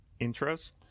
Intros